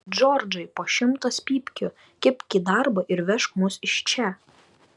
džordžai po šimtas pypkių kibk į darbą ir vežk mus iš čia